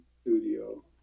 studio